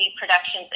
productions